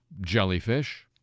Jellyfish